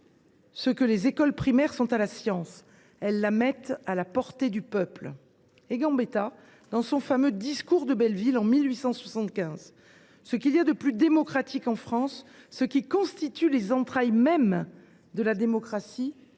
ce que les écoles primaires sont à la science ; elles la mettent à la portée du peuple. » En 1875, Gambetta louait également dans son fameux discours de Belleville « ce qu’il y a de plus démocratique en France, ce qui constitue les entrailles mêmes de la démocratie